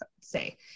say